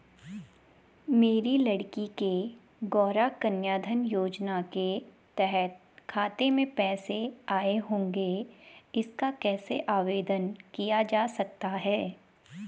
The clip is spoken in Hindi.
मेरी लड़की के गौंरा कन्याधन योजना के तहत खाते में पैसे आए होंगे इसका कैसे आवेदन किया जा सकता है?